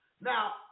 Now